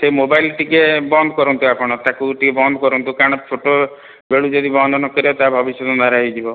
ସେ ମୋବାଇଲ୍ ଟିକିଏ ବନ୍ଦ କରନ୍ତୁ ଆପଣ ତାକୁ ଟିକେ ବନ୍ଦ କରନ୍ତୁ କାରଣ ଛୋଟ ବେଳୁ ଯଦି ବନ୍ଦ ନ କରିବେ ତା ଭବିଷ୍ୟତ ଅନ୍ଧାର ହେଇଯିବ